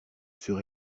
sur